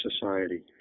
society